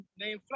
name